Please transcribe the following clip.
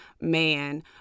man